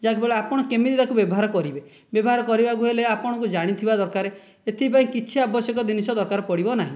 ଯାହାକି ଫଳରେ ଆପଣ କେମିତି ତାକୁ ବ୍ୟବହାର କରିବେ ବ୍ୟବହାର କରିବାକୁ ହେଲେ ଆପଣଙ୍କୁ ଜାଣିଥିବା ଦରକାର ଏଥିପାଇଁ କିଛି ଆବଶ୍ୟକ ଜିନିଷ ଦରକାର ପଡ଼ିବ ନାହିଁ